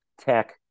tech